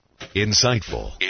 Insightful